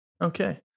Okay